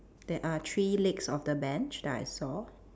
there are three legs of the bench that I saw